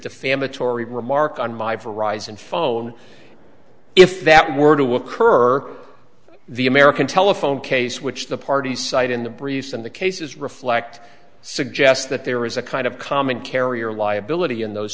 defamatory remark on my view rise and phone if that were to occur the american telephone case which the parties cite in the briefs in the cases reflect suggest that there is a kind of common carrier liability in those